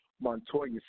Montoya